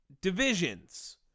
divisions